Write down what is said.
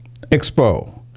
Expo